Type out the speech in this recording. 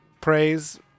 praise